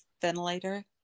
ventilator